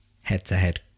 head-to-head